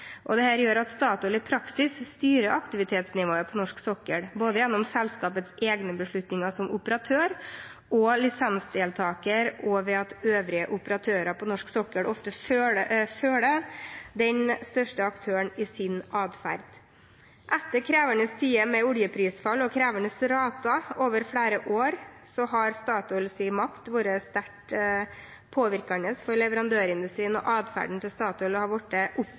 gjør at Statoil i praksis styrer aktivitetsnivået på norsk sokkel, både gjennom selskapets egne beslutninger som operatør og lisensdeltaker og ved at øvrige operatører på norsk sokkel ofte følger den største aktøren i sin atferd. Etter krevende tider med oljeprisfall og krevende rater over flere år har Statoils makt påvirket leverandørindustrien sterkt, og atferden til Statoil har blitt oppfattet av flere aktører som krevende å forholde seg til. Lange kontrakter har blitt